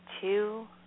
Two